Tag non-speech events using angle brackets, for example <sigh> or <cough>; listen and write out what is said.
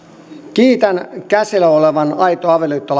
kiitän käsillä olevan aito avioliitto <unintelligible>